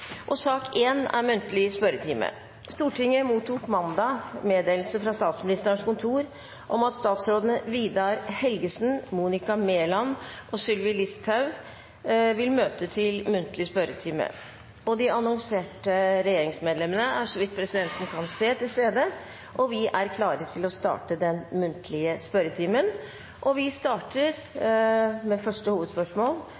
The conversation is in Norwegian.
Stortinget mottok mandag meddelelse fra Statsministerens kontor om at statsrådene Vidar Helgesen, Monica Mæland og Sylvi Listhaug vil møte til muntlig spørretime. De annonserte regjeringsmedlemmene er til stede, og vi er klare til å starte den muntlige spørretimen. Vi starter med første hovedspørsmål,